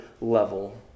level